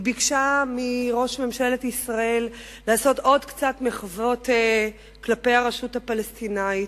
היא ביקשה מראש ממשלת ישראל לעשות עוד קצת מחוות כלפי הרשות הפלסטינית,